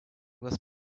was